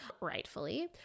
rightfully